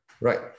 Right